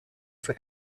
for